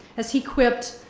as he quipped,